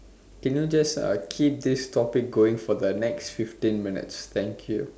can you just uh keep this topic going for the next fifteen minutes thank you